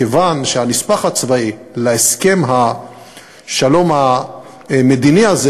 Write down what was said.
כיוון שהנספח הצבאי להסכם השלום המדיני הזה